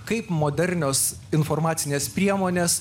kaip modernios informacinės priemonės